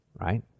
Right